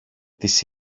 της